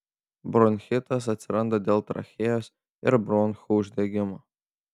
bronchitas atsiranda dėl trachėjos ir bronchų uždegimo